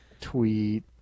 Tweet